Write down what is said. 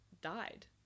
died